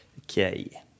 Okay